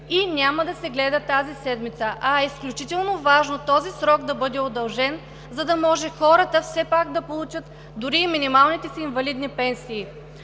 и няма да се гледа тази седмица, а е изключително важно този срок да бъде удължен, за да може хората все пак да получат дори и минималните си инвалидни пенсии.